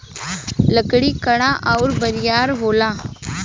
लकड़ी कड़ा अउर बरियार होला